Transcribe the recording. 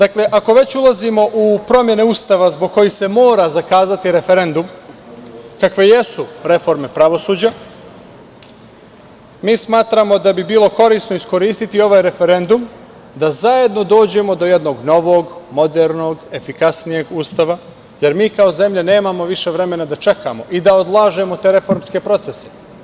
Ako već ulazimo u promene Ustava zbog kojih se mora zakazati referendum, kakve jesu reforme pravosuđa, mi smatramo da bi bilo korisno iskoristiti ovaj referendum da zajedno dođemo do jednog novog, modernog, efikasnijeg Ustava, jer mi kao zemlja nemamo više vremena da čekamo i da odlažemo te reformske procese.